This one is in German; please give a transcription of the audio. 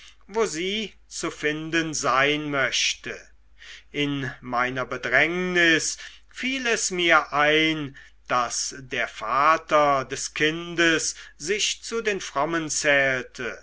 wo sie zu finden sein möchte in meiner bedrängnis fiel es mir ein daß der vater des kindes sich zu den frommen zählte